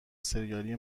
ســریالی